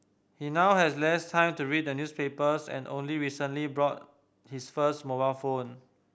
he now has less time to read newspapers and only recently bought his first mobile phone